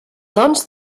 dons